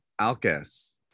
Alkes